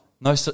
No